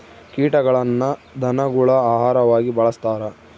ಕೀಟಗಳನ್ನ ಧನಗುಳ ಆಹಾರವಾಗಿ ಬಳಸ್ತಾರ